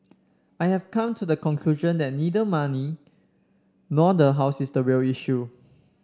I have come to the conclusion that neither money nor the house is the real issue